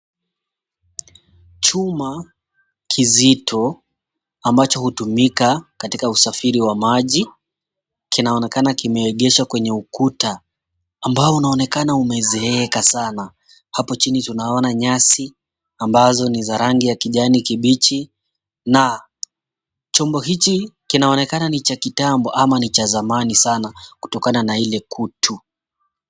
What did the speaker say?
Chuma kizito ambacho hutumika katika usafiri wa maji kinaonekana kimeegeshwa kwenye ukuta ambao unaonekana umezeeka sana. Hapa chini tunaona nyasi ambazo ni za rangi ya kijani kibichi, na chombo hiki kinaonekana ni cha kitambo au ni cha zamani sana kutokana na ile kutu.